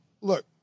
look